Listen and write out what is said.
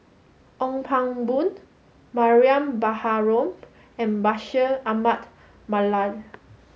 Ong Pang Boon Mariam Baharom and Bashir Ahmad Mallal